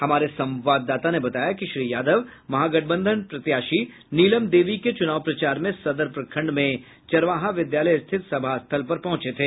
हमारे संवाददाता ने बताया कि श्री यादव महागठबंधन प्रत्याशी नीलम देवी के चूनाव प्रचार में सदर प्रखंड में चरवाहा विद्यालय स्थित सभास्थल पर पहुंचे थे